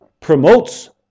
promotes